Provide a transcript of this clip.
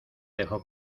dejó